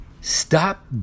Stop